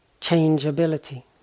changeability